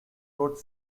wrote